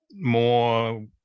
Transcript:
more